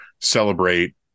celebrate